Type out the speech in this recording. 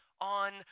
on